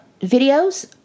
videos